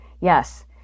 yes